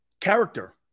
Character